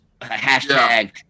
hashtag